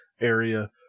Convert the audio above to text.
area